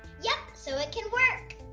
yep, so it can work.